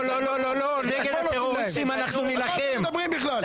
לא, נגד הטרוריסטים אנחנו נילחם.